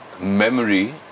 memory